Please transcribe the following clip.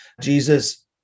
Jesus